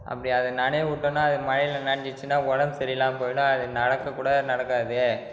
அப்படி அதை நனைய விட்டோன்னா அது மழையில் நனைஞ்சிடுச்சின்னா உடம்பு சரி இல்லாமல் போயிடும் அது நடக்கக்கூட நடக்காது